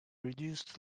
reduced